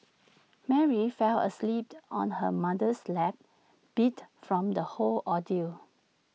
Mary fell asleep on her mother's lap beat from the whole ordeal